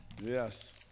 Yes